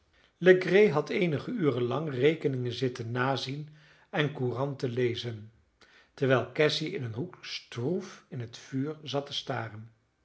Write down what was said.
legree had eenige uren lang rekeningen zitten nazien en couranten lezen terwijl cassy in een hoek stroef in het vuur zat te staren